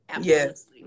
Yes